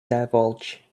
divulge